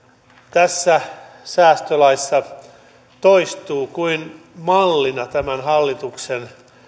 tässä säästölaissa toistuu kuin mallina tämän hallituksen